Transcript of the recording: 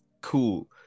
Cool